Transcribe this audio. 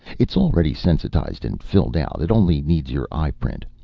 it's already sensitized and filled out. it only needs your eyeprint.